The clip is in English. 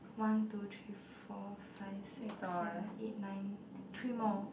one two three four five six seven eight nine three more